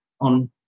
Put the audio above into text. on